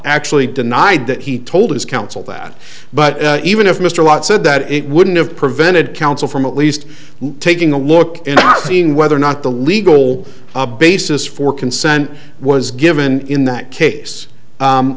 actually denied that he told his council that but even if mr lott said that it wouldn't have prevented council from at least taking a look in seeing whether or not the legal basis for consent was given in that case